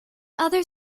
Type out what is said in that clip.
other